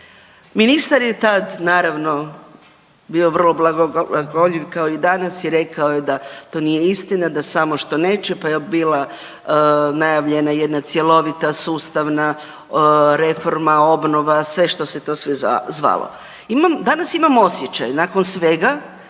Ministar je tad naravno bio vrlo blagogoljiv kao i danas i rekao je da to nije istina, da samo što neće, pa je bila najavljena jedna cjelovita sustavna reforma obnova, sve što se to sve zvalo. Imam, danas imam osjećaj nakon svega